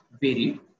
vary